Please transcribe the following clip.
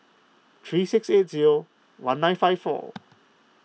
three six eight zero one nine five four